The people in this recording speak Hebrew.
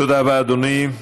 תודה רבה, אדוני.